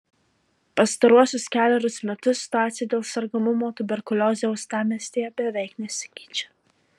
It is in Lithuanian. pastaruosius kelerius metus situacija dėl sergamumo tuberkulioze uostamiestyje beveik nesikeičia